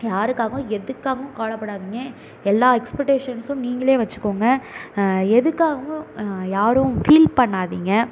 யாருக்காகவும் எதுக்காகவும் கவலைப்படாதீங்க எல்லா எக்ஸ்பெக்டேஷன்ஸும் நீங்களே வெச்சுக்கோங்க எதுக்காகவும் யாரும் ஃபீல் பண்ணாதீங்க